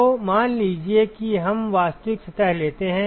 तो मान लीजिए कि हम वास्तविक सतह लेते हैं